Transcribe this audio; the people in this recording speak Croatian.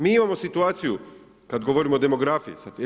Mi imamo situaciju, kad govorimo o demografiji sad.